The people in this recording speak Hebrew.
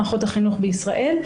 במערכות החינוך בישראל,